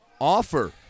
offer